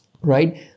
Right